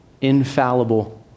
infallible